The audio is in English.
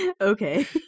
okay